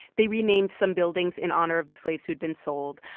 they renamed some buildings in honor of the slaves who had been sold.